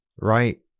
Right